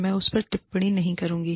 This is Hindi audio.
मैं उस पर कोई टिप्पणी नहीं करुंगा